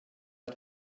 att